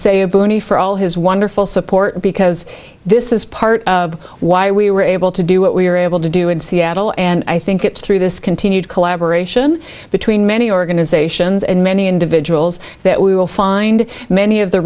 bernie for all his wonderful support because this is part of why we were able to do what we were able to do in seattle and i think it's through this continued collaboration between many organizations and many individuals that we will find many of the